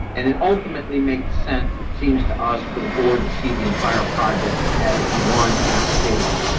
and it ultimately makes sense. it seems to us for the board to see the entire project as one application.